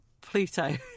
Pluto